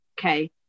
okay